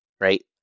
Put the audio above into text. right